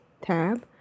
tab